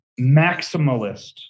maximalist